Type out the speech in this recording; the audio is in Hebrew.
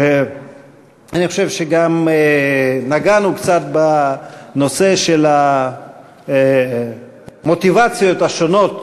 אני חושב שגם נגענו קצת בנושא של המוטיבציות השונות